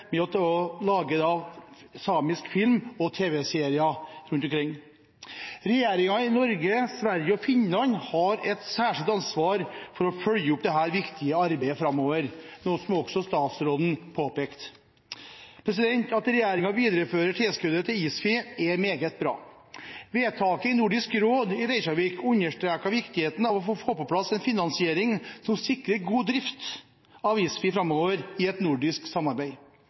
å lage samisk film og tv-serier rundt omkring. Regjeringene i Norge, Sverige og Finland har et særskilt ansvar for å følge opp dette viktige arbeidet framover, noe som også statsråden påpekte. At regjeringen viderefører tilskuddet til ISFI er meget bra. Vedtaket i Nordisk råd i Reykjavik understreket viktigheten av å få på plass en finansiering som sikrer god drift av ISFI framover i et nordisk samarbeid.